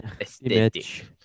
aesthetic